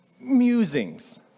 musings